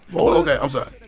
ok. i'm sorry.